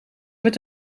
werd